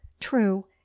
true